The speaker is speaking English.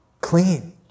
clean